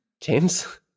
James